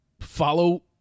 follow